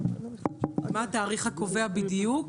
מה התאריך הקובע בדיוק,